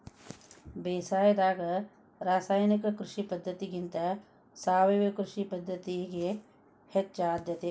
ಬೇಸಾಯದಾಗ ರಾಸಾಯನಿಕ ಕೃಷಿ ಪದ್ಧತಿಗಿಂತ ಸಾವಯವ ಕೃಷಿ ಪದ್ಧತಿಗೆ ಹೆಚ್ಚು ಆದ್ಯತೆ